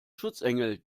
schutzengel